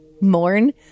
Mourn